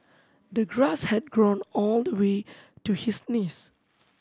the grass had grown all the way to his knees